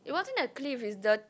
it wasn't a cliff is the